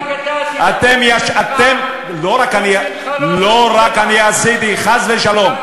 לא, רק אתה עשית, לא רק אני עשיתי, חס ושלום.